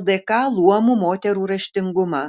ldk luomų moterų raštingumą